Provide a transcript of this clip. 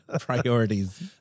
Priorities